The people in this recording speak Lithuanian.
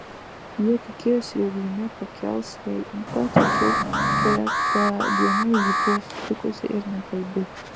jis tikėjosi jog žinia pakels jai ūpą tačiau keletą dienų ji buvo sutrikusi ir nekalbi